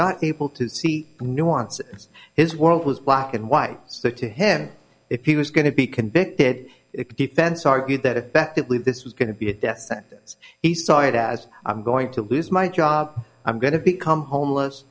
not able to see nuances his world was black and white so to him if he was going to be convicted it defense argued that effectively this was going to be a death sentence he saw it as i'm going to lose my job i'm going to become homeless